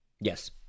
yes